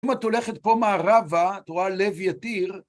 אם את הולכת פה מערבה, אתה רואה לב יתיר.